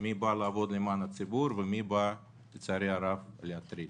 מי בא לעבוד למען הציבור ומי בא לצערי הרב להטריד.